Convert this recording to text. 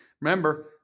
Remember